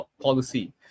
policy